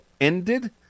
ended